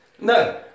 No